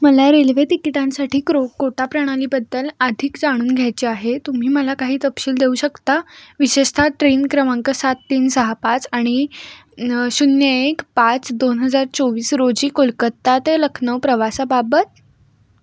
मला रेल्वे तिकिटांसाठी क्रो कोटा प्रणालीबद्दल अधिक जाणून घ्यायचे आहे तुम्ही मला काही तपशील देऊ शकता विशेषतः ट्रेन क्रमांक सात तीन सहा पाच आणि शून्य एक पाच दोन हजार चोवीस रोजी कोलकत्ता ते लखनौ प्रवासाबाबत